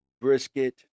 brisket